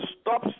stop